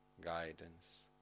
guidance